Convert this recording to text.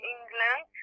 England